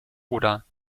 oder